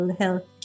health